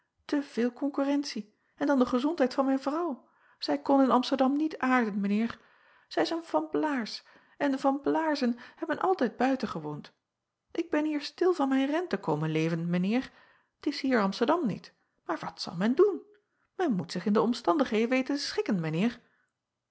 veel konkurrentie en dan de gezondheid van mijn vrouw zij kon in msterdam niet aarden mijn eer ij is eene an laars en de an laarzen hebben altijd buiten gewoond k ben hier stil van mijn renten komen leven mijn eer t s hier msterdam niet maar wat zal men doen en moet zich in de omstandigheden weten